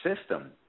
system